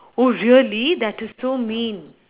oh really that is so mean